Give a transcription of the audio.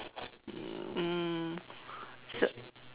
mm so